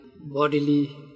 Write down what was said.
bodily